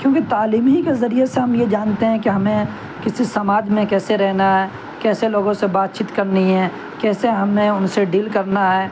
کیونکہ تعلیم ہی کے ذریعے سے ہم یہ جانتے ہیں کہ ہمیں کسی سماج میں کیسے رہنا ہے کیسے لوگوں سے بات چیت کرنی ہے کیسے ہمیں ان سے ڈیل کرنا ہے